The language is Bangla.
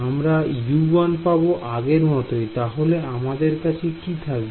আমরা U1 পাব আগের মতই তাহলে আমাদের কাছে কি থাকবে